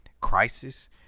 crisis